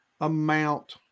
amount